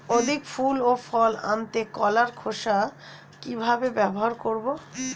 অধিক ফুল ও ফল আনতে কলার খোসা কিভাবে ব্যবহার করব?